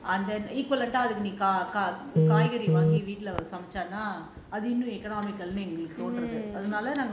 அதுக்கு நீங்க காய்கறி வாங்கி வீட்ல சமச்சான்னா அது இன்னும் எங்களுக்கு தோணுது:athuku neenga kaikari vangi veetla samchanna athu innum engalukku thonuthu